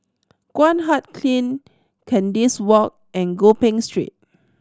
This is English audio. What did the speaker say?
Guan Huat Kiln Kandis Walk and Gopeng Street